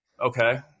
Okay